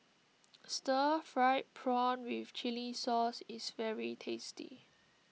Stir Fried Prawn with Chili Sauce is very tasty